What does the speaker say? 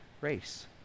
race